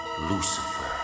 Lucifer